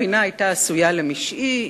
הפינה היתה עשויה למשעי,